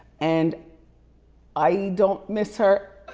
and i don't miss her.